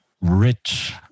Rich